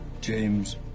james